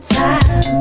time